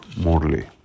Morley